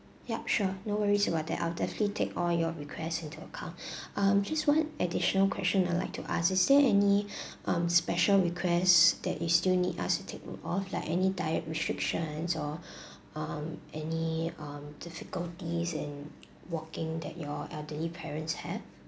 yup sure no worries about that I'll definitely take all your requests into account um just one additional question I'd like to ask is there any um special requests that is still need us to take note of like any diet restrictions or um any um difficulties in walking that your elderly parents have